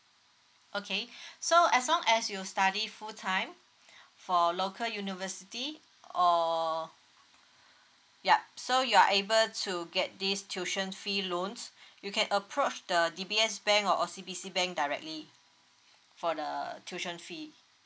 okay so as long as you study full time for local university or yup so you are able to get this tuition fee loans you can approach the D_B_S bank or O_C_B_C bank directly for the tuition fee